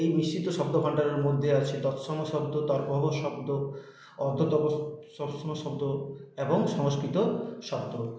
এই মিশ্রিত শব্দভাণ্ডারের মধ্যে আছে তৎসম শব্দ তদ্ভব শব্দ অর্ধ তৎসম শব্দ এবং সংস্কৃত শব্দ